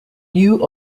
new